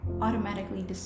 automatically